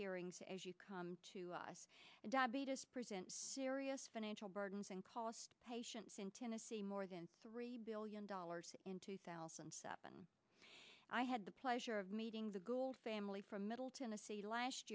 hearings to as you come to us and present serious financial burdens and cost patients in tennessee more than three billion dollars in two thousand and seven i had the pleasure of meeting the goal family from middle tennessee last